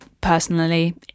personally